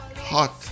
hot